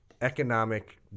economic